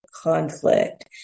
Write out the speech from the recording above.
conflict